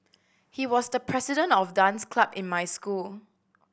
he was the president of dance club in my school